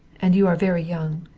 and you are very young.